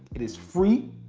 it is free.